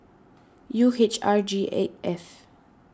U H R G eight F